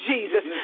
Jesus